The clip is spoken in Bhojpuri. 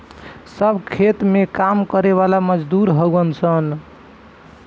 सब खेत में काम करे वाला मजदूर हउवन सन